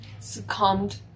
succumbed